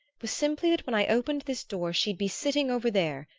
was simply that when i opened this door she'd be sitting over there,